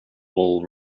wall